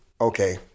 okay